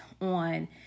on